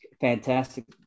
fantastic